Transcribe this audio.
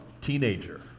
teenager